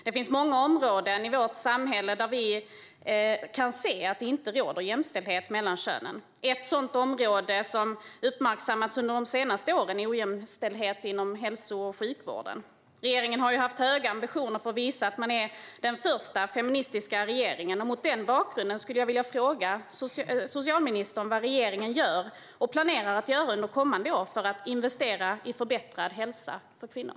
Det finns områden i samhället där vi kan se att det inte råder jämställdhet mellan könen. Ett sådant område som har uppmärksammats under de senaste åren är ojämställdhet inom hälso och sjukvården. Regeringen har haft höga ambitioner för att visa att man är den första feministiska regeringen. Mot den bakgrunden vill jag fråga socialministern vad regeringen gör och planerar att göra under kommande år för att investera i förbättrad hälsa för kvinnor.